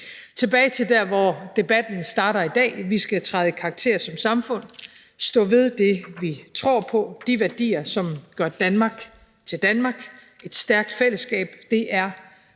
tilbage til der, hvor debatten startede i dag, vil jeg sige: Vi skal træde i karakter som samfund og stå ved det, vi tror på, de værdier, som gør Danmark til Danmark. Et stærkt fællesskab er